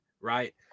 right